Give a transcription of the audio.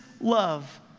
love